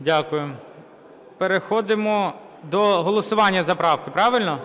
Дякую. Переходимо до голосування за правки. Правильно?